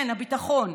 כן, הביטחון.